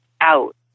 out